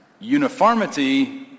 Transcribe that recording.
Uniformity